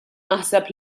naħseb